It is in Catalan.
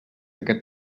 aquest